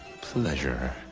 pleasure